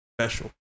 special